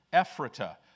Ephrata